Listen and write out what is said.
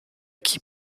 qui